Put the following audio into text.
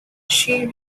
she